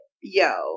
yo